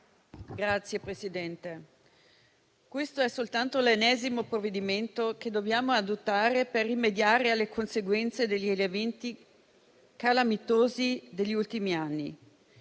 Signor Presidente, questo è soltanto l'ennesimo provvedimento che dobbiamo adottare per rimediare alle conseguenze degli eventi calamitosi degli ultimi anni.